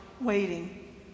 waiting